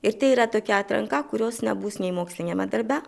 ir tai yra tokia atranka kurios nebus nei moksliniame darbe